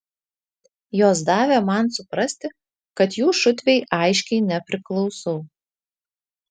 jos davė man suprasti kad jų šutvei aiškiai nepriklausau